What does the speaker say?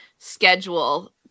schedule